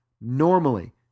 Normally